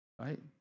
right